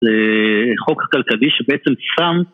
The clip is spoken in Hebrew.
זה... חוק כלכלי שבעצם שם...